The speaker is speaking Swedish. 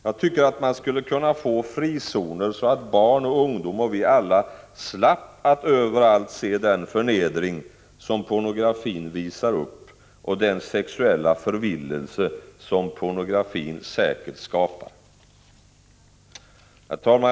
Jag tycker att man skulle få frizoner så att barn, ungdom och vi alla slapp att överallt se den förnedring som pornografin visar upp och den sexuella förvillelse som pornografin säkert skapar. Herr talman!